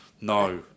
no